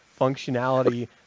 functionality